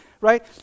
right